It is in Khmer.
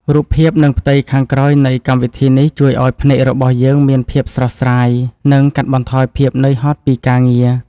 រូបភាពនិងផ្ទៃខាងក្រោយនៃកម្មវិធីនេះជួយឱ្យភ្នែករបស់យើងមានភាពស្រស់ស្រាយ និង កាត់បន្ថយភាពនឿយហត់ពីការងារ។